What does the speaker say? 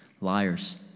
Liars